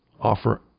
offer